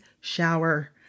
shower